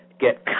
get